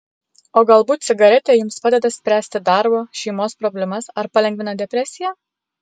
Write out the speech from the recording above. o galbūt cigaretė jums padeda spręsti darbo šeimos problemas ar palengvina depresiją